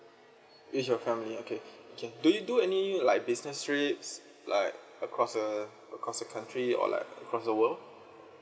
with your family okay can do you do any like business trips like across uh across the country or like across the world